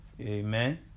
amen